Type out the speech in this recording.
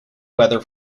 weather